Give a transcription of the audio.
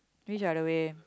which are the way